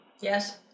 Yes